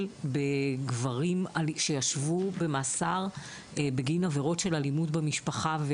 בגברים שישבו במאסר בגין עבירות של אלימות במשפחה.